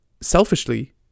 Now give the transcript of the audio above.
Selfishly